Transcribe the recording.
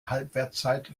halbwertszeit